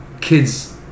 Kids